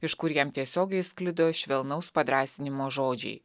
iš kur jam tiesiogiai sklido švelnaus padrąsinimo žodžiai